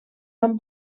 van